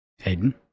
Hayden